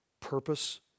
purpose